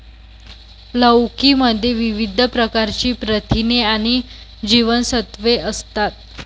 लौकी मध्ये विविध प्रकारची प्रथिने आणि जीवनसत्त्वे असतात